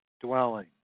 dwelling